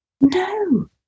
No